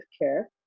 care